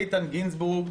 איתן גינזבורג,